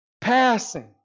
Passing